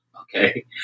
Okay